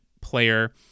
player